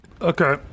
Okay